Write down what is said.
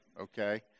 Okay